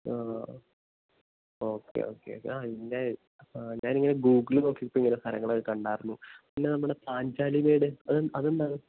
ആ okay okay okay ആ ഇല്ല ആ ഞാനിങ്ങനെ ഗൂഗിളില് നോക്കിയപ്പോള് ഇങ്ങനെ സ്ഥലങ്ങളൊക്കെ കണ്ടായിരുന്നു പിന്നെ നമ്മുടെ പാഞ്ചാലിമേട് അതെന്താണ്